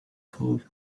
for